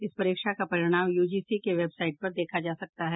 इस परीक्षा का परिणाम यूजीसी के वेबसाईट पर देखा जा सकता है